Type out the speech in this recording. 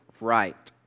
right